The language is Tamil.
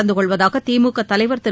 நடந்துகொள்வதாக திமுக தலைவர் திரு